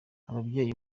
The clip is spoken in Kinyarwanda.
ababyeyi